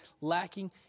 lacking